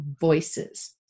voices